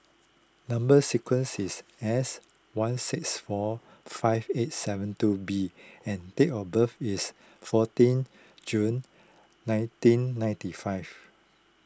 Number Sequence is S one six four five eight seven two B and date of birth is fourteen June nineteen ninety five